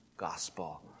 gospel